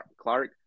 Clark